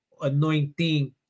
anointing